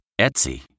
Etsy